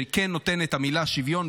שכן נותן את המילה "שוויון",